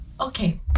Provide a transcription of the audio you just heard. Okay